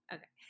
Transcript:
Okay